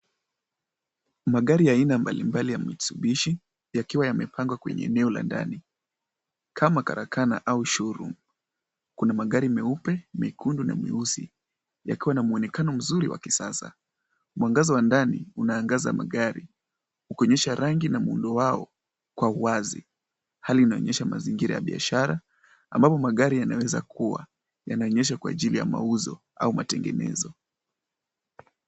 Magari ya aina mbalimbali ya Mitsubishi yakiwa yamepangwa kwenye eneo la ndani, kama karakana au show room .Kuna magari meupe, mekundu, na meusi yakiwa na muonekano mzuri wa kisasa. Mwangaza wa ndani unaangaza magari, ukionyesha rangi na muundo wao, kwa uwazi, hali inaonyesha mazingira ya biashara, ambapo magari yanaweza kuwa yanaonyeshwa kwa ajili ya mauzo au matengenezo,